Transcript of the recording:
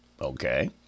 Okay